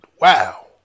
Wow